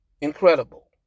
Incredible